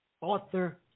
author